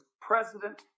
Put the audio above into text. President